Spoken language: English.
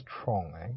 strong